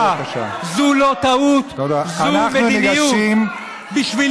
אני ראיתי בדיוק, ואני קובע שאתה, פתאום